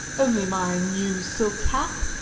only my new silk hat.